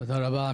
תודה רבה.